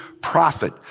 prophet